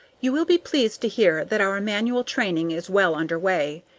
you will be pleased to hear that our manual training is well under way.